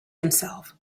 himself